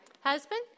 husband